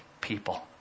people